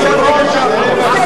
מצביע או מסיר?